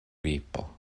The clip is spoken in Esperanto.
vipo